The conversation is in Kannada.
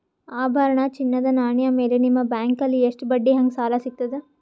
ಆಭರಣ, ಚಿನ್ನದ ನಾಣ್ಯ ಮೇಲ್ ನಿಮ್ಮ ಬ್ಯಾಂಕಲ್ಲಿ ಎಷ್ಟ ಬಡ್ಡಿ ಹಂಗ ಸಾಲ ಸಿಗತದ?